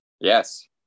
Yes